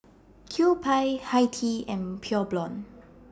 Kewpie Hi Tea and Pure Blonde